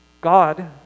God